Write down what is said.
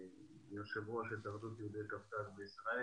אני יושב ראש התאחדות יהודי קווקז בישראל.